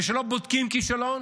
וכשלא בודקים כישלון